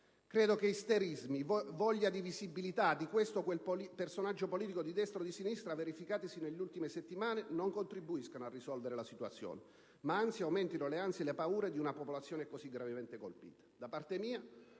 Credo che isterismi, voglia di visibilità di questo o quel personaggio politico, di destra o di sinistra, verificatasi nelle ultime settimane, non contribuiscano a risolvere la situazione, ma anzi aumentino le ansie e le paure di una popolazione così gravemente colpita.